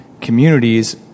communities